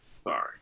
sorry